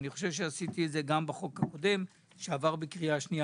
אני חושב שעשיתי זאת גם בחוק הקודם שעבר בקריאה השנייה